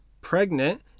pregnant